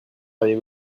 avez